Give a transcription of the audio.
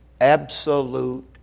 absolute